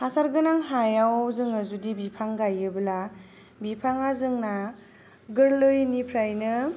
हासार गोनां हायाव जोङो जुदि बिफां गायोब्ला बिफाङा जोंना गोरलैनिफ्राइनो